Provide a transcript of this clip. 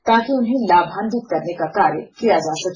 ताकि उन्हें लाभान्वित करने का कार्य किया जा सके